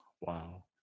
Wow